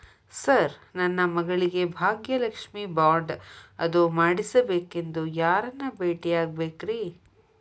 Sir ನನ್ನ ಮಗಳಿಗೆ Bhagyalakshmi bond ಅದು ಮಾಡಿಸಬೇಕೆಂದು ಯಾರನ್ನ ಭೇಟಿಯಾಗಬೇಕ್ರಿ?